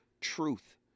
truth